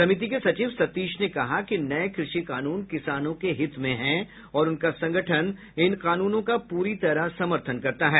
समिति के सचिव सतीश ने कहा कि नये कृषि कानून किसानों के हित में हैं और उनका संगठन इन कानूनों का पूरी तरह समर्थन करता है